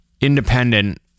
independent